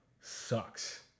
sucks